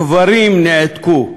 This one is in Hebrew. קברים נעתקו,